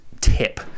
tip